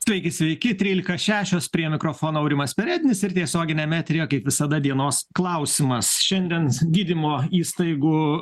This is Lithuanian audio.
sveiki sveiki trylika šešios prie mikrofono aurimas perednis ir tiesioginiame eteryje kaip visada dienos klausimas šiandien gydymo įstaigų